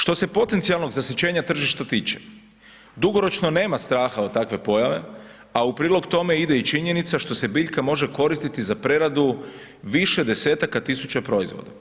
Što se potencijalnog zasićenja tržišta tiče, dugoročno nema straha od takve pojave, a u prilog tome ide i činjenica što se biljka može koristiti za preradu više desetaka tisuća proizvoda.